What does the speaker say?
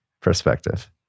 perspective